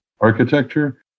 architecture